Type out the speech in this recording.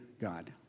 God